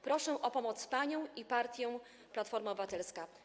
Proszę o pomoc panią i partię Platforma Obywatelska”